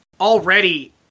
already